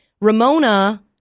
Ramona